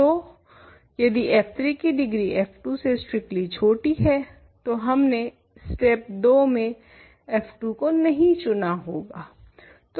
तो यदि f3 की डिग्री f2 से स्ट्रिक्टली छोटी है तो हमने स्टेप 2 में f2 को नहीं चुना होगा